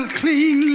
clean